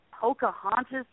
Pocahontas